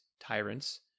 tyrants